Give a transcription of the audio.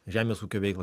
žemės ūkio veiklą